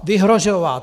Vyhrožovat!